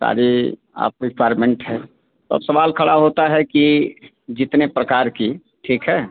सारी आपकी रिक्वायरमेंट है तो अब सवाल खड़ा होता है कि जितने प्रकार की ठीक है